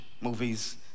movies